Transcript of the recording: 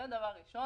זה דבר ראשון.